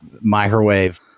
microwave